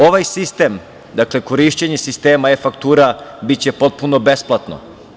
Ovaj sistem, dakle, korišćenje sistema e-faktura biće potpuno besplatan.